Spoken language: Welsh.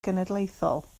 genedlaethol